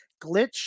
glitch